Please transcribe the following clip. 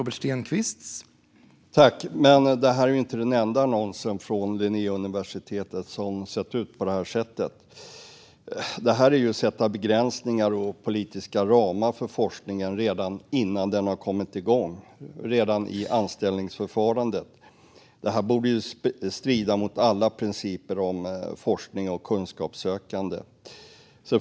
Herr talman! Men detta är inte den enda annonsen från Linnéuniversitetet som sett ut på det sättet. Det här är att sätta begränsningar och politiska ramar för forskningen redan innan den har kommit igång, redan i anställningsförfarandet. Det borde strida mot alla principer om forskning och kunskapssökande.